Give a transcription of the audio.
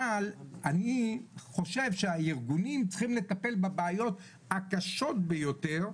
אבל אני חושב שהארגונים צריכים לטפל בבעיות הקשות ביותר,